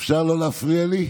אפשר לא להפריע לי?